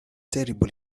terrible